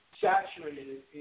saturated